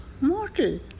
mortal